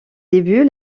débuts